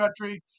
Country